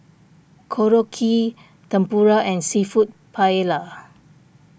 Korokke Tempura and Seafood Paella